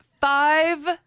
five